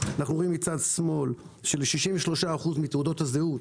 אנחנו רואים מצד שמאל של-63% מתעודות הזהות